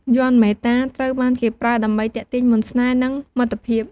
យ័ន្តមេត្តា ត្រូវបានគេប្រើដើម្បីទាក់ទាញមន្តស្នេហ៍ និងមិត្តភាព។